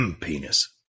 Penis